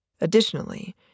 Additionally